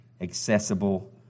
accessible